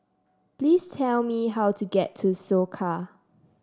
please tell me how to get to Soka